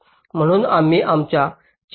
म्हणून आम्ही आमच्या चर्चा सुरू करतो